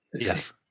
Yes